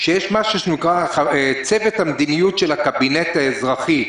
שיש משהו שנקרא: צוות המדיניות של הקבינט האזרחי,